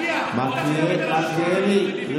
תמשיך להדיח, מלכיאלי, תודה רבה.